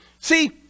See